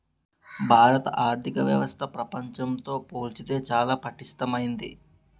భారత ఆర్థిక వ్యవస్థ ప్రపంచంతో పోల్చితే చాలా పటిష్టమైంది